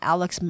Alex